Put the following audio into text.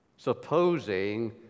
Supposing